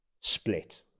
split